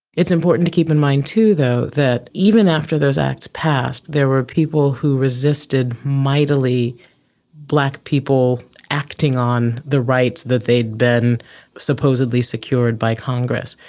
it's important to keep in mind too though that even after those acts passed, there were people who resisted mightily black people acting on the rights that they had been supposedly secured by congress.